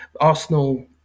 Arsenal